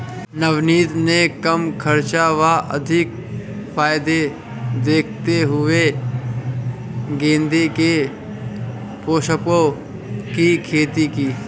नवनीत ने कम खर्च व अधिक फायदे देखते हुए गेंदे के पुष्पों की खेती की